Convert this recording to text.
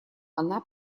она